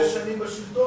שש שנים בשלטון.